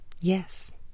yes